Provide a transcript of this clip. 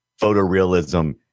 photorealism